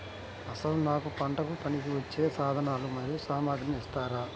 అసలు నాకు పంటకు పనికివచ్చే సాధనాలు మరియు సామగ్రిని ఇస్తారా?